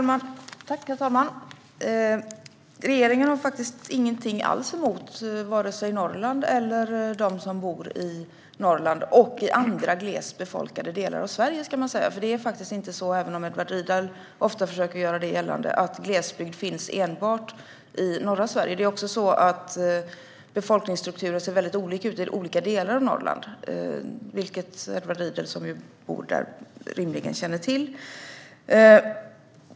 Herr talman! Regeringen har ingenting alls emot vare sig Norrland eller dem som bor där. Detta gäller även andra glest befolkade delar av Sverige. Det är faktiskt inte så att glesbygd enbart finns i norra Sverige, även om Edward Riedl ofta försöker göra det gällande. Dessutom ser befolkningsstrukturen väldigt olika ut i olika delar av Norrland, vilket Edward Riedl, som bor där, rimligen känner till.